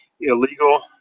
illegal